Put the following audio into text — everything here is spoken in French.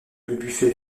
buffet